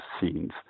scenes